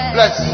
Bless